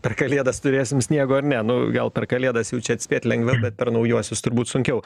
per kalėdas turėsim sniego ar ne nu gal per kalėdas jau čia atspėt lengviau bet per naujuosius turbūt sunkiau